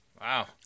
Wow